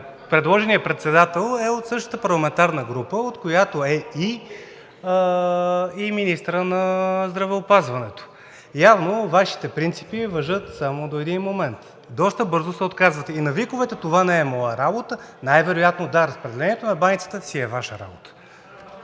предложеният председател е от същата парламентарна група, от която е и министърът на здравеопазването. Явно, Вашите принципи важат само до един момент. Доста бързо се отказвате. И на виковете: „Това не е моя работа“, най-вероятно – да, разпределението на баницата си е Ваша работа.